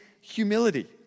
humility